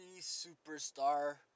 superstar